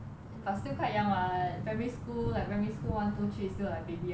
but still quite young [what] primary school like primary school one two three still like baby like that